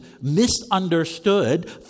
misunderstood